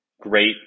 great